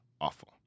awful